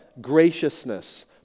graciousness